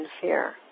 fear